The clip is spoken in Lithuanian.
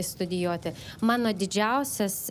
studijuoti mano didžiausias